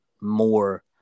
more